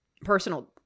personal